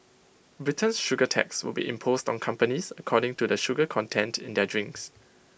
Britain's sugar tax would be imposed on companies according to the sugar content in their drinks